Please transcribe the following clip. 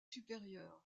supérieur